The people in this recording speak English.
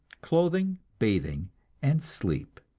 clothing, bathing and sleep.